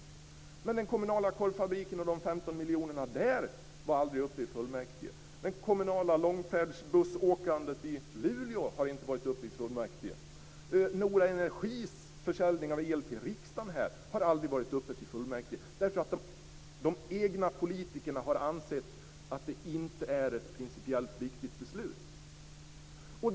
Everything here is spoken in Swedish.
Men beslutet om den kommunala korvfabriken och de 15 miljonerna där var aldrig uppe i kommunfullmäktige. Det kommunala långfärdsbussåkandet i Luleå har inte varit uppe i kommunfullmäktige. Nora Energis försäljning av energi till riksdagen har aldrig varit uppe till fullmäktige därför att de egna politikerna har ansett att det inte är ett principiellt viktigt beslut.